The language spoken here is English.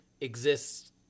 exists